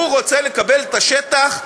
הוא רוצה לקבל את השטח,